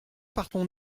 partons